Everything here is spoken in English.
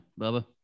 Bubba